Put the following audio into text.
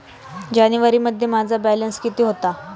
जानेवारीमध्ये माझा बॅलन्स किती होता?